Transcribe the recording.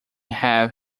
have